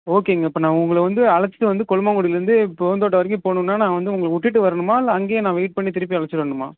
ஓகேங்க இப்போ நான் உங்களை வந்து அழைச்சிட்டு வந்து கொல்லுமாங்குடிலேர்ந்து பூந்தோட்டம் வரைக்கும் போகணுன்னா நான் வந்து உங்களை விட்டுட்டு வரனுமா இல்லை அங்கையே நான் வெயிட் பண்ணி திருப்பி அழைச்சிட்டு வரனுமா